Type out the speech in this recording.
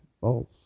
false